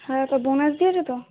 হ্যাঁ তা বোনাস দিয়েছে তো